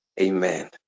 Amen